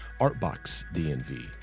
artboxdnv